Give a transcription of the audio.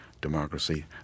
democracy